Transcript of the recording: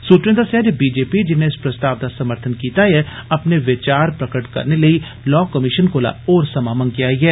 सूत्रे दस्सेया जे बीजेपी जिन्ने इस प्रस्ताव दा समर्थन कीता ऐ अपने विचार प्रग करने लेई लॉ कमीशन कोला होर संजा मंगेआ ऐ